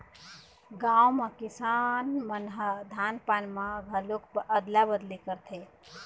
गाँव म किसान मन ह धान पान म घलोक अदला बदली करथे